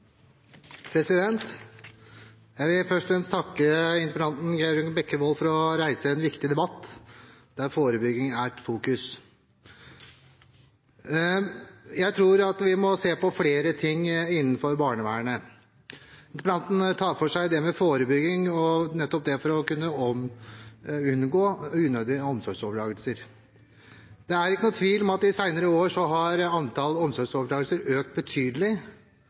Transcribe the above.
Jeg vil først og fremst takke interpellanten Geir Jørgen Bekkevold for å reise en viktig debatt der forebygging er i fokus. Jeg tror vi må se på flere ting innenfor barnevernet. Interpellanten tar for seg det med forebygging, nettopp for å unngå unødige omsorgsovertakelser. Det er ikke tvil om at antall omsorgsovertakelser i senere år har økt betydelig,